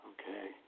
Okay